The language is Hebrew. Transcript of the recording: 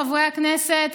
חברי הכנסת,